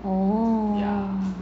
orh